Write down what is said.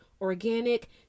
Organic